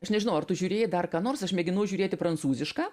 aš nežinau ar tu žiūrėjai dar ką nors aš mėginau žiūrėti prancūzišką